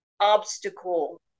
obstacle